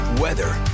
weather